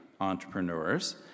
entrepreneurs